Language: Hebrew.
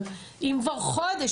אבל אם כבר חודש,